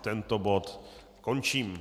Tento bod končím.